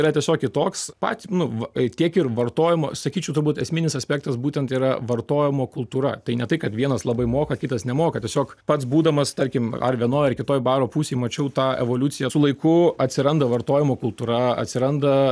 yra tiesiog kitoks pat nu va kiek ir vartojimo sakyčiau turbūt esminis aspektas būtent yra vartojimo kultūra tai ne tai kad vienas labai moka kitas nemoka tiesiog pats būdamas tarkim ar vienoj ar kitoj baro pusėj mačiau tą evoliuciją su laiku atsiranda vartojimo kultūra atsiranda